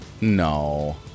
No